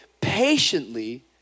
patiently